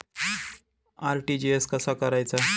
RTGS कसा करायचा?